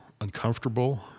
uncomfortable